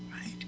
right